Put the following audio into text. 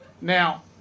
Now